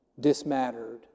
dismattered